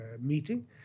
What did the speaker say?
meeting